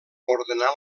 ordenà